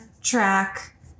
track